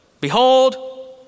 Behold